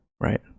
Right